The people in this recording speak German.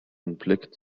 anblick